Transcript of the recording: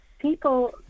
people